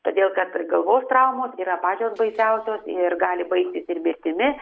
todėl kad galvos traumos yra pačios baisiausios ir gali baigtis ir mirtimi